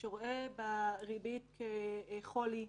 שרואה בריבית חולי,